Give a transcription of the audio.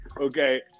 okay